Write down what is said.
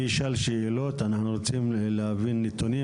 אני אשאל שאלות, אנחנו רוצים להביא נתונים.